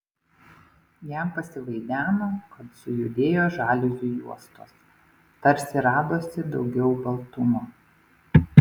jam pasivaideno kad sujudėjo žaliuzių juostos tarsi radosi daugiau baltumo